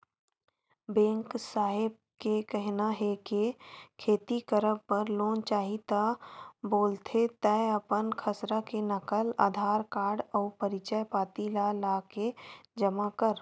bank साहेब के कहिना हे के खेती करब बर लोन चाही ता बोलथे तंय अपन खसरा के नकल, अधार कारड अउ परिचय पाती ल लाके जमा कर